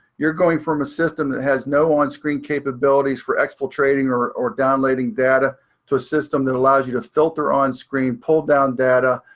you're going from a system that has no on screen capabilities for exfiltrating or or downloading data to a system that allows you to filter on screen, pull down data,